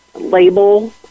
Label